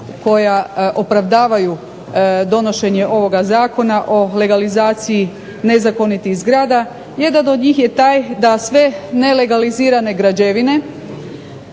koja opravdavaju donošenje ovog Zakona o legalizaciji nezakonitih zgrada. Jedan od njih je i taj da sve nelaglizirane građevine